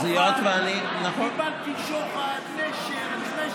קיבלתי שוחד, נשר.